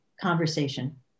conversation